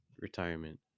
Retirement